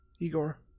Igor